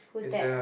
who's that